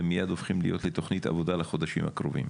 הם מייד הופכים להיות לתוכנית עבודה לחודשים הקרובים.